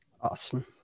Awesome